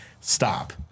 stop